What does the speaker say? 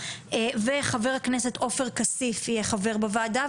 וחבר הכנסת עופר כסיף יהיה חבר בוועדה,